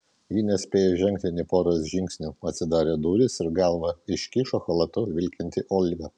ji nespėjo žengti nė poros žingsnių atsidarė durys ir galvą iškišo chalatu vilkinti olga